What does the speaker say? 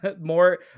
more